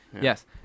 yes